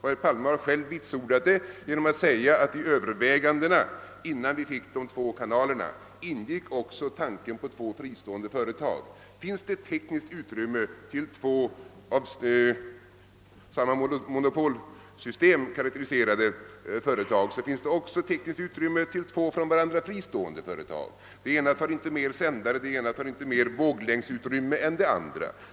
Herr Palme har själv vitsordat detta genom att säga att i övervägandena innan vi fick de två kanalerna ingick också tanken på två fristående företag. Finns det tekniskt utrymme för två av samma monopolsystem karakteriserade företag, finns det också tekniskt utrymme för två fristående företag; det ena systemet tar inte mer sändareller våglängdsutrymme än det andra.